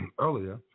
Earlier